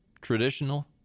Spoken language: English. traditional